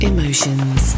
Emotions